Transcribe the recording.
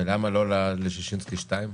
ולמה לא לששינסקי 2?